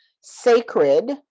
Sacred